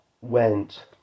went